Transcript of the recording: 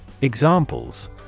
Examples